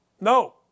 No